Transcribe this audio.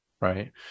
right